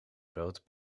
brood